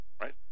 right